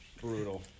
Brutal